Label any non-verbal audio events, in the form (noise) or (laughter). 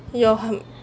your (noise)